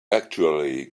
actually